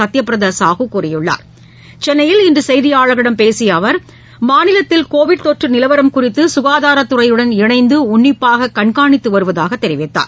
சத்யப்ரதாசாகுகூறியுள்ளார் சென்னயில் இன்றுசெய்தியாளர்ளிடம் பேசியஅவர்மாநிலத்தில் கோவிட் தொற்றுநிலவரம் குறித்துககாதாரத் துறையுடன் இணைந்துடன்னிப்பாககண்காணித்துவருவதாகதெரிவித்தார்